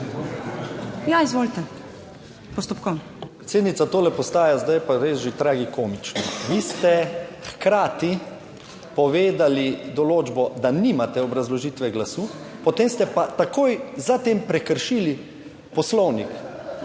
(PS NSi):** Predsednica, tole postaja zdaj pa res že tragikomično. Vi ste hkrati povedali določbo, da nimate obrazložitve glasu, potem ste pa takoj za tem prekršili Poslovnik,